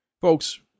folks